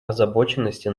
озабоченности